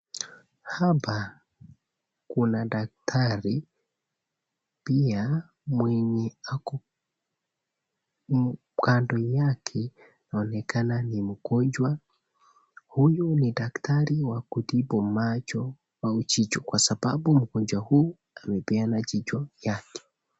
Hapa kuna daktari pia mwenye ako kando yake inaonekana ni mgonjwa. Huyu ni daktari wa kutibu macho au jicho kwa sababu mgonjwa huyu amepeana jicho lake.